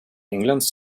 englands